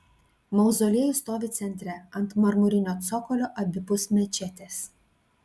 mauzoliejus stovi centre ant marmurinio cokolio abipus mečetės